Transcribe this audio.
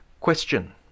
Question